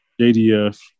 JDF